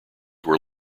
were